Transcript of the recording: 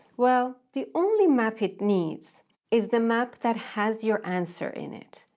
well, the only map it needs is the map that has your answer in it.